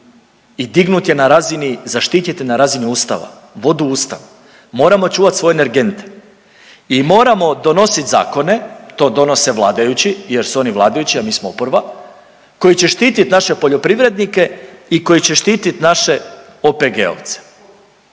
i dignut je na razini, zaštitit je na razini ustava, vodu u ustav, moramo čuvati svoje energente i moramo donositi zakone, to donose vladajući jer su oni vladajući, a mi smo oporba koji će štititi naše poljoprivrednike i koji će štititi naše OPG-ovce.